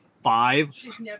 Five